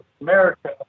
America